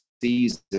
season